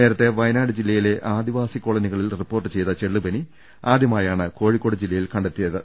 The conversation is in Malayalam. നേരത്തെ വയനാട് ജില്ലയിലെ ആദിവാസി കോളനിക ളിൽ റിപ്പോർട്ട് ചെയ്ത ചെള്ളുപനി ആദ്യമായാണ് കോഴിക്കോട് ജില്ലയിൽ കണ്ടെത്തിയത്